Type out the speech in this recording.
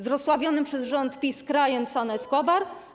Z rozsławionym przez rząd PiS krajem San Escobar?